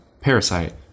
Parasite